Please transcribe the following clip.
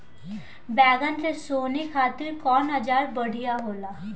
बैगन के सोहनी खातिर कौन औजार बढ़िया होला?